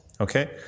Okay